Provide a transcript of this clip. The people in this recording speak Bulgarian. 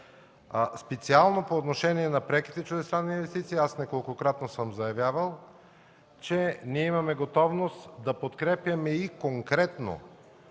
Специално по отношение на преките чуждестранни инвестиции неколкократно съм заявявал, че имаме готовност да подкрепяме и конкретно